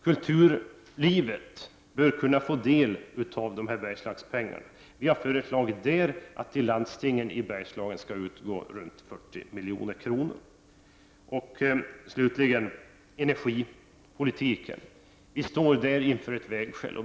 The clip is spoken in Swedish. Kulturlivet bör kunna få del av Bergslagspengarna. Vi har föreslagit att till landstingen i Bergslagen skall utgå runt 40 milj.kr. I energipolitiken står vi inför ett vägskäl.